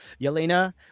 Yelena